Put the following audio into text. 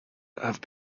have